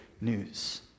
news